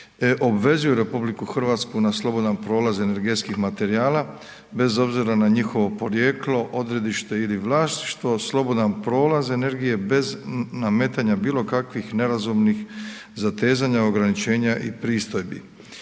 obvezuje RH na slobodan prolaz energetskih materijala bez obzira na njihovo porijeklo, odredište ili vlasništvo, slobodan prolaz energije bez nametanja bilo kakvih nerazumnih zatezanja, ograničenja i pristojbi.